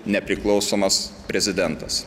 nepriklausomas prezidentas